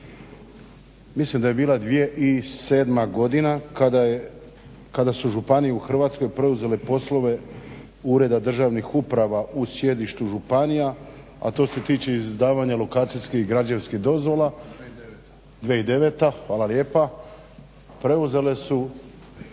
Mislim da je bila 2007. godina kada su županije u Hrvatskoj preuzele poslove ureda državnih uprava u sjedištu županija, a to se tiče izdavanja lokacijskih i građevinskih dozvola, 2009. hvala lijepa, preuzele su